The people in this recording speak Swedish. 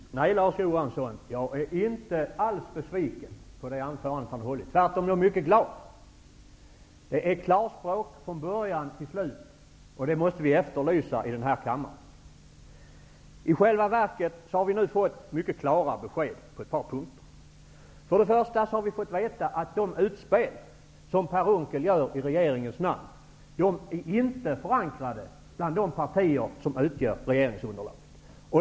Herr talman! Nej, Larz Johansson, jag är inte alls besviken på anförandet. Tvärtom, jag är mycket glad. Det är klarspråk från början till slut, och det måste vi efterlysa i den här kammaren. I själva verket har vi fått klara besked på ett par punkter. Först och främst har vi fått veta att de utspel Per Unckel gör i regeringens namn inte är förankrade bland de partier som utgör regeringsunderlaget.